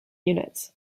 units